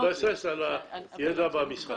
בהתבסס על הידע במשרד.